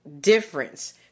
difference